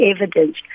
evidence